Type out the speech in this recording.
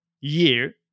year